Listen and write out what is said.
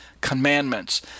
commandments